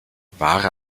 wahre